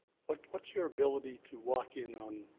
but what's your ability to walk in on